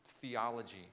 theology